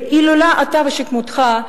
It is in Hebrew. אילולא אתה ושכמותך,